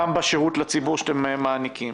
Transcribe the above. גם בשירות לציבור שאתם מעניקים.